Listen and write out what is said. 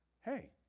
Hey